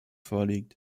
vorliegt